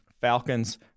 Falcons